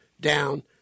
down